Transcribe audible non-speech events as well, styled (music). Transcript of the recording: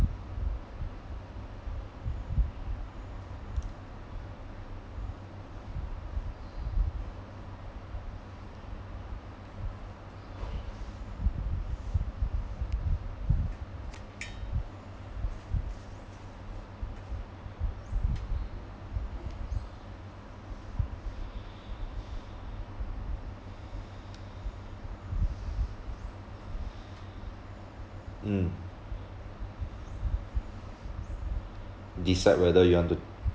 (noise) mm decide whether you want to